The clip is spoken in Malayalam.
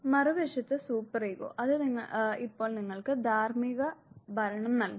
മറുവശത്ത് സൂപ്പർ ഈഗോ അത് ഇപ്പോൾ നിങ്ങൾക്ക് ധാർമ്മിക ഭരണം നൽകുന്നു